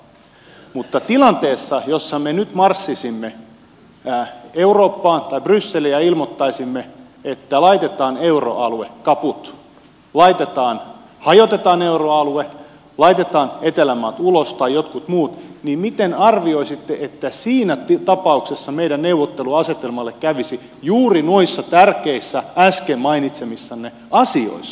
jos olisi tilanne jossa me nyt marssisimme eurooppaan tai brysseliin ja ilmoittaisimme että laitetaan euroalue kaput hajotetaan euroalue laitetaan ulos etelänmaat tai jotkut muut niin miten arvioisitte siinä tapauksessa meidän neuvotteluasetelmallemme käyvän juuri noissa tärkeissä äsken mainitsemissanne asioissa